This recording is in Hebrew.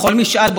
לצערי,